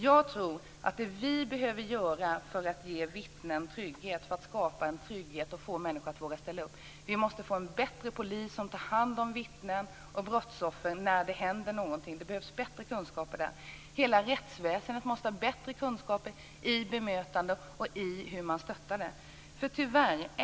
Vad som behövs för att ge vittnen trygghet - för att skapa trygghet och få människor att ställa upp - tror jag är att vi får en bättre polis som tar hand om vittnen och brottsoffer när någonting händer. Det behövs bättre kunskaper där. Hela rättsväsendet måste ha bättre kunskaper om bemötandet och om hur man stöttar.